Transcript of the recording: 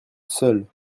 seule